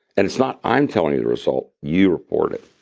and it's not i'm telling you the result. you report it.